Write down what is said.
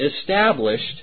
established